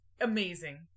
amazing